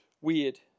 weird